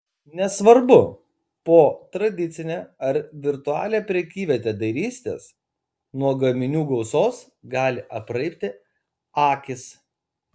nesvarbu po tradicinę ar virtualią prekyvietę dairysitės nuo gaminių gausos gali apraibti akys